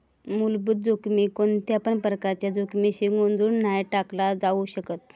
मुलभूत जोखमीक कोणत्यापण प्रकारच्या जोखमीशी गोंधळुन नाय टाकला जाउ शकत